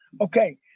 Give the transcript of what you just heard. Okay